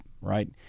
right